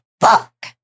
fuck